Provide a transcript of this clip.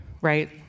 right